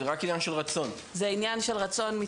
זה רק עניין של רצון.